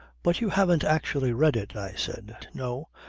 but you haven't actually read it, i said. no,